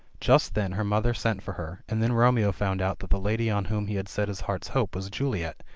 just then her mother sent for her, and then romeo found out that the lady on whom he had set his heart's hopes was juliet,